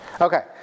Okay